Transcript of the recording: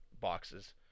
boxes